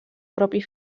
propi